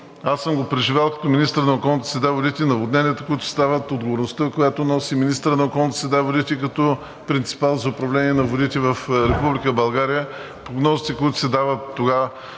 аз съм го преживял като министър на околната среда и водите – наводненията, които стават, отговорността, която носи министърът на околната среда и водите като принципал за управление на водите в Република България, отговорностите, които се дават в това